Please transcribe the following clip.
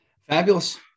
Fabulous